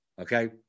Okay